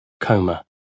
coma